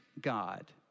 God